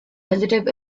relative